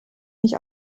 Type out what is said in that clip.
mich